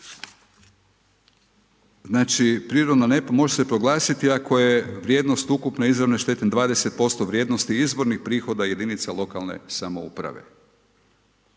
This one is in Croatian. znači prirodna nepogoda može se proglasiti ako je vrijednost ukupne izravne štete 20% vrijednosti izvornih prihoda jedinica lokalne samouprave.